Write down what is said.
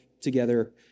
together